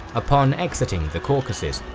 upon exiting the caucasus,